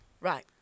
Right